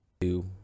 Two